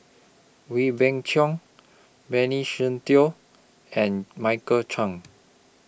Wee Beng Chong Benny Se Teo and Michael Chiang